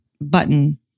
button